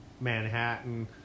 Manhattan